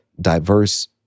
diverse